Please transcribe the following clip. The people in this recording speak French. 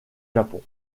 japon